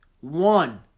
One